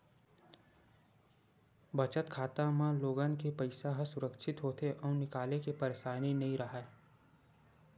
बचत खाता म लोगन के पइसा ह सुरक्छित होथे अउ निकाले के परसानी नइ राहय